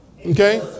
Okay